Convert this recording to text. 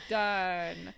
done